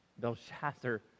Belshazzar